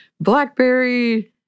Blackberry